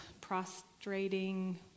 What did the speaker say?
prostrating